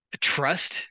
trust